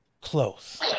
close